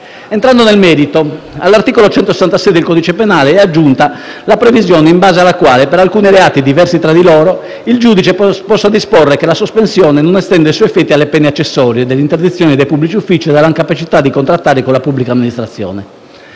Entrando nel merito, all'articolo 166 del codice penale è aggiunta la previsione in base alla quale per alcuni reati, diversi tra di loro, il giudice possa disporre che la sospensione non estende i suoi effetti alle pene accessorie dell'interdizione dai pubblici uffici e dell'incapacità di contrattare con la pubblica amministrazione.